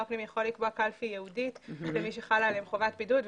הפנים יכול לקבוע קלפי ייעודית למי שחלה עליהם חובת בידוד.